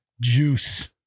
Juice